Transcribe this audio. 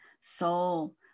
soul